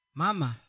mama